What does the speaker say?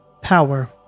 power